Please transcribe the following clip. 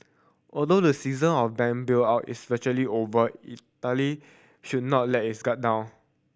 although the season of bank bailout is virtually over Italy should not let its guard down